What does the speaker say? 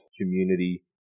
community